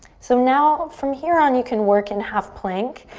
so now from here on you can work in half plank.